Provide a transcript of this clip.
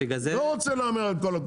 לא רוצה להמר על כל הקופה,